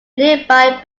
nearby